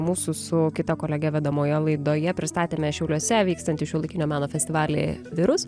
mūsų su kita kolege vedamoje laidoje pristatėme šiauliuose vykstantį šiuolaikinio meno festivalį virus